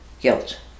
guilt